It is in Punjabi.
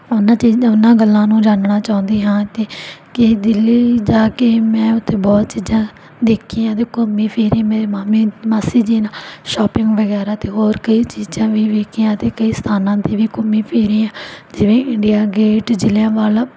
ਉਨ੍ਹਾਂ ਚੀਜ਼ਾਂ ਉਨ੍ਹਾਂ ਗੱਲਾਂ ਨੂੰ ਜਾਨਣਾ ਚਾਹੁੰਦੀ ਹਾਂ ਅਤੇ ਕਿ ਦਿੱਲੀ ਜਾ ਕੇ ਮੈਂ ਉੱਥੇ ਬਹੁਤ ਚੀਜ਼ਾਂ ਦੇਖੀਆਂ ਅਤੇ ਘੁੰਮੀ ਫਿਰੀ ਮੈਂ ਮਾਮੀ ਮਾਸੀ ਜੀ ਨਾਲ ਸ਼ੋਪਿੰਗ ਵਗੈਰਾ ਅਤੇ ਹੋਰ ਕਈ ਚੀਜ਼ਾਂ ਵੀ ਵੇਖੀਆਂ ਅਤੇ ਕਈ ਸਥਾਨਾਂ 'ਤੇ ਵੀ ਘੁੰਮੀ ਫਿਰੀ ਜਿਵੇਂ ਇੰਡੀਆ ਗੇਟ ਜ਼ਿਲ੍ਹਿਆਂ ਵਾਲਾ